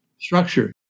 structure